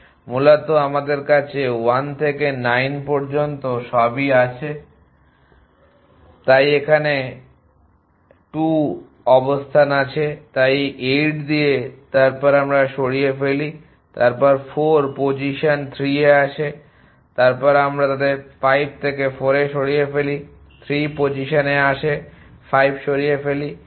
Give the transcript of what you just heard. মূলত আমাদের কাছে 1 থেকে 9 পর্যন্ত সবই আছে তাই 2 এখানে অবস্থানে আছে তাই 8 দিয়ে তারপর আমরা সরিয়ে ফেলি তারপর 4 পজিশন 3 আসে তারপর আমরা তাদের 5 থেকে 4 সরিয়ে ফেলি 3 পজিশনে আসে 5 সরিয়ে ফেলি এবং 1 এ আমরা এই 2 পাই